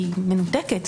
היא מנותקת,